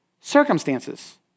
circumstances